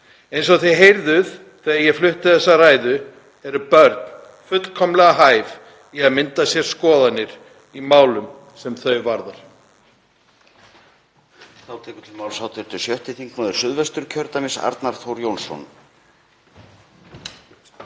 Eins og þið heyrðuð þegar ég flutti þessa ræðu eru börn fullkomlega hæf til að mynda sér skoðanir í málum sem þau varðar.